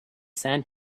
sand